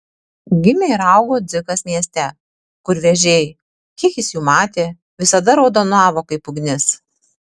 gimė ir augo dzikas mieste kur vėžiai kiek jis jų matė visada raudonavo kaip ugnis